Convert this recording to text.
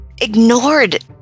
ignored